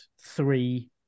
three